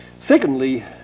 Secondly